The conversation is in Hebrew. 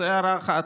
זאת הערה אחת.